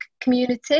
community